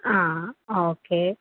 ആ ഓക്കേ